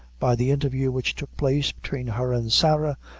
by the interview which took place between her and sarah,